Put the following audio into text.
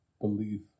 belief